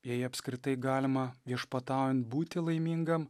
jei apskritai galima viešpataujant būti laimingam